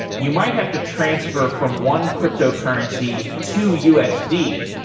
you might have to transfer from one cryptocurrency to usd,